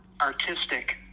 artistic